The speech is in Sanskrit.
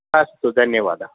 अस्तु धन्यवादः